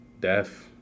death